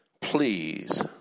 please